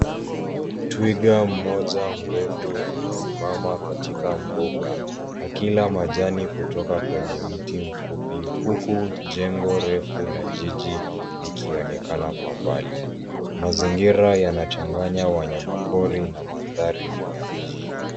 Twiga mmoja mrefu amesimama katika mbuga akila majani kutoka kwenye mti mfupi huku jengo refu la jiji likionekana kwa mbali. Mazingira yanachanganya wanyama pori na mandhari ya mjini.